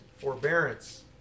forbearance